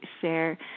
share